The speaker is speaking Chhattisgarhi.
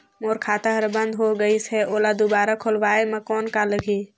मोर खाता हर बंद हो गाईस है ओला दुबारा खोलवाय म कौन का लगही?